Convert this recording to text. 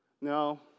no